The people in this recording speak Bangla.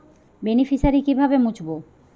বেনিফিসিয়ারি কিভাবে মুছব?